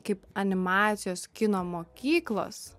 kaip animacijos kino mokyklos